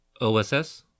OSS